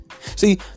See